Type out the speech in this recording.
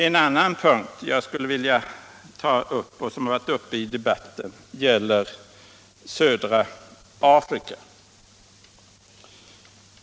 .En annan punkt som jag skulle vilja ta upp och som även varit uppe i debatten gäller södra Afrika.